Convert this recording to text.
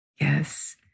Yes